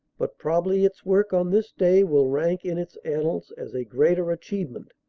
but probably its work on this day will rank in its annals as a greater achievement,